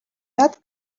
not